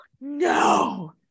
No